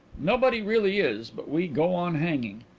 nobody really is. but we go on hanging.